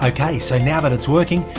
ok, so now that its working,